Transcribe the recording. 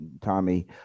Tommy